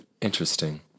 Interesting